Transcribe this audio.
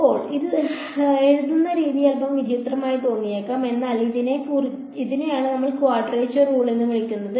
ഇപ്പോൾ ഇത് എഴുതുന്ന രീതി അൽപ്പം വിചിത്രമായി തോന്നിയേക്കാം എന്നാൽ ഇതിനെയാണ് നമ്മൾ ക്വാഡ്രേച്ചർ റൂൾ എന്ന് വിളിക്കുന്നത്